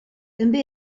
també